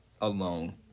alone